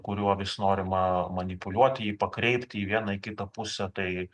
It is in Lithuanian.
kuriuo vis norima manipuliuoti jį pakreipti į vieną į kitą pusę tai